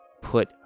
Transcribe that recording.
put